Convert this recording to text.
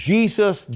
Jesus